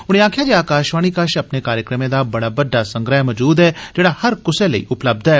उनें आक्खेआ जे आकाशवाणी कश अपने कार्यक्रमें दा बड़ा बड़डा संग्रैह मजूद ऐ जेहड़ा हर कूसै लेई उपलब्ध ऐ